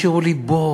השאירו לי בור,